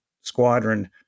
squadron